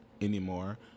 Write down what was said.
anymore